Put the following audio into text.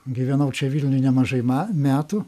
gyvenau čia vilniuj nemažai me metų